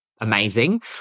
Amazing